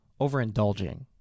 Overindulging